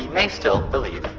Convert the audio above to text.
may still believe